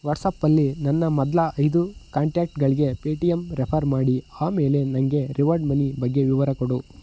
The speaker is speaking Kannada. ವಾಟ್ಸಾಪ್ಪಲ್ಲಿ ನನ್ನ ಮೊದಲ ಐದು ಕಾಂಟ್ಯಾಕ್ಟ್ಗಳಿಗೆ ಪೇಟಿಎಂ ರೆಫರ್ ಮಾಡಿ ಆಮೇಲೆ ನನಗೆ ರಿವಾರ್ಡ್ ಮನಿ ಬಗ್ಗೆ ವಿವರ ಕೊಡು